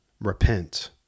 Repent